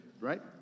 Right